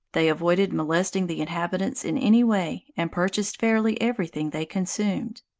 they avoided molesting the inhabitants in any way, and purchased fairly every thing they consumed.